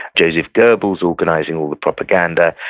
joseph goebbels organizing all the propaganda,